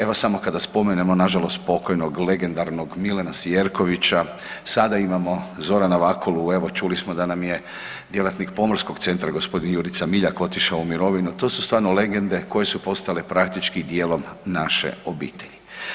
Evo samo kada spomenemo nažalost pokojnog legendarnog Milana Sijerkovića, sada imamo Zorana Vakulu, evo čuli smo da nam je djelatnik pomorskog centra g. Jurica Miljak otišao u mirovinu, to su stvarno legende koje su postale praktički djelom naše obitelji.